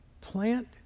plant